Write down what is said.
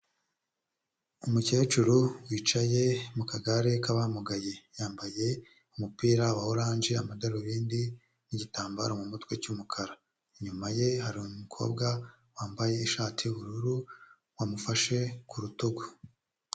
Umukecuru wicaye mu kagare k'abamugaye yambaye umupira wa oranje, amadarubindi n'igitambaro mu mutwe cy'umukara. Inyuma ye hari umukobwa wambaye ishati y'ubururu wamufashe ku rutugu.